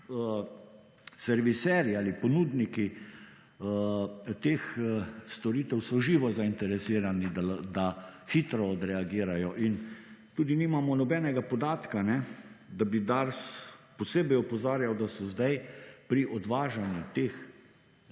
serviserji ali ponudniki teh storitev so živo zainteresirani, da hitro odreagirajo. In tudi nimamo nobenega podatka, da bi DARS posebej opozarjal, da so zdaj pri odvažanju teh